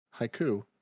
Haiku